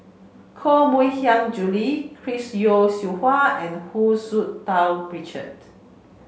Koh Mui Hiang Julie Chris Yeo Siew Hua and Hu Tsu Tau Richard